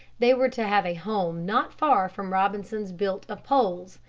they were to have a home not far from robinson's built of poles,